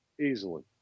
easily